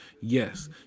Yes